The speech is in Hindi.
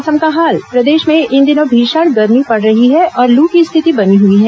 मौसम प्रदेश में इन दिनों भीषण गर्मी पड़ रही है और लू की स्थिति बनी हुई है